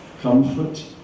comfort